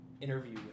interview